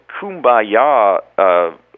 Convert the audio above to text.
kumbaya